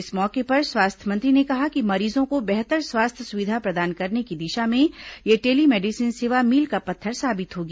इस मौके पर स्वास्थ्य मंत्री ने कहा कि मरीजों को बेहतर स्वास्थ्य सुविधा प्रदान करने की दिशा में यह टेली मेडिसिन सेवा मील का पत्थर साबित होगी